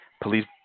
police